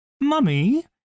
mummy